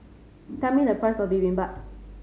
tell me the price of Bibimbap